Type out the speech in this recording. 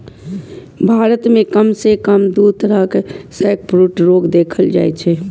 भारत मे कम सं कम दू तरहक सैकब्रूड रोग देखल जाइ छै